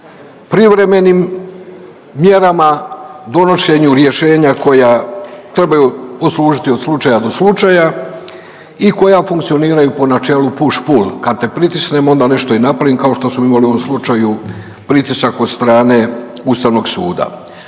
privremenim mjerama, donošenju rješenja koja trebaju poslužiti od slučaja do slučaja i koja funkcioniraju po načelu push pull, kad te pritisnem onda nešto i napravim kao što smo imali u ovom slučaju pritisak od strane Ustavnog suda.